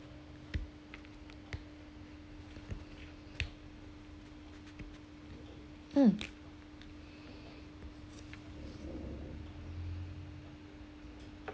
mm